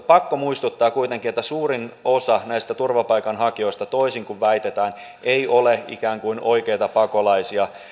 pakko muistuttaa kuitenkin että suurin osa näistä turvapaikanhakijoista toisin kuin väitetään ei ole ikään kuin oikeita pakolaisia